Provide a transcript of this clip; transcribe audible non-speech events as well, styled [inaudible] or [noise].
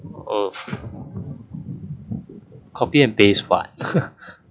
of copy and paste what [laughs]